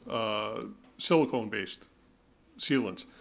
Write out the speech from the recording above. silicone based sealants.